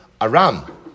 Aram